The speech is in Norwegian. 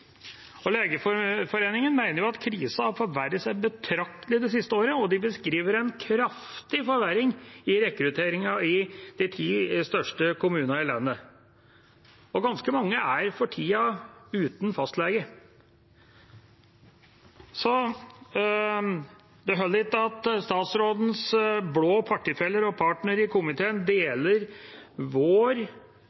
at krisa har forverret seg betraktelig det siste året, og de beskriver en kraftig forverring i rekrutteringen i de ti største kommunene i landet. Ganske mange er for tida uten fastlege. Så det holder ikke at statsrådens blå partifeller og partnere i komiteen